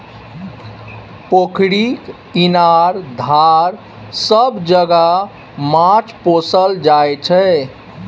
पोखरि, इनार, धार सब जगह माछ पोसल जाइ छै